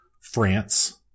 France